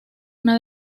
una